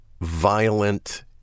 violent